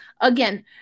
again